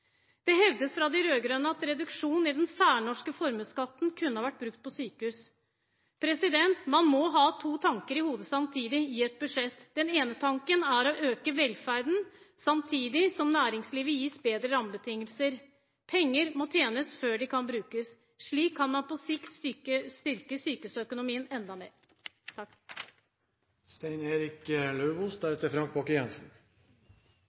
Det hevdes fra de rød-grønne at reduksjon i den særnorske formuesskatten kunne ha vært brukt på sykehus. Man må ha to tanker i hodet samtidig i et budsjett. Den ene tanken er å øke velferden, den andre samtidig å gi næringslivet bedre rammebetingelser. Penger må tjenes før de kan brukes. Slik kan man på sikt styrke sykehusøkonomien enda mer.